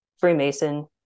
Freemason